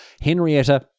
Henrietta